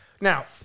Now